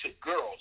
girls